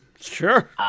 Sure